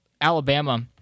Alabama